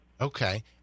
Okay